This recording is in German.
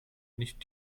nicht